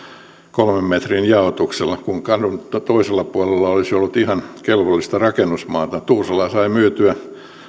kolmen metrin jaotuksella kun kadun toisella puolella olisi ollut ihan kelvollista rakennusmaata tuusula sai myytyä